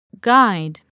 Guide